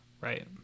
right